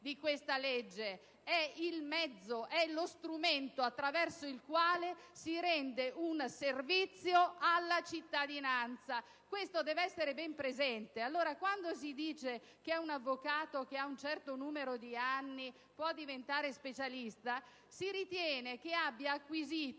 di questa legge, è il mezzo, lo strumento attraverso il quale si rende un servizio alla cittadinanza. Questo dobbiamo averlo ben presente. E allora, quando si dice che un avvocato che ha un certo numero di anni può diventare specialista, si ritiene abbia acquisito